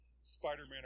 Spider-Man